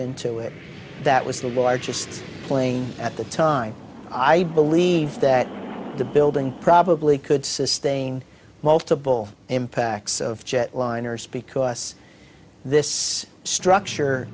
into it that was the largest plane at the time i believe that the building probably could sustain multiple impacts of jetliners speak us this structure